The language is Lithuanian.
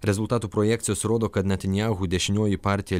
rezultatų projekcijos rodo kad netanyahu dešinioji partija